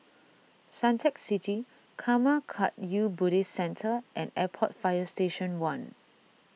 Suntec City Karma Kagyud Buddhist Centre and Airport Fire Station one